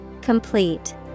Complete